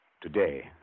Today